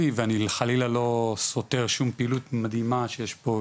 ואני חלילה לא סותר שום פעילות מדהימה שיש פה,